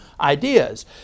ideas